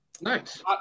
Nice